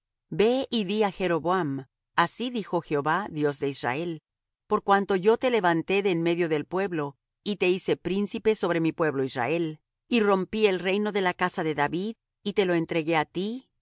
ve y di á jeroboam así dijo jehová dios de israel por cuanto yo te levanté de en medio del pueblo y te hice príncipe sobre mi pueblo israel y rompí el reino de la casa de david y te lo entregué á ti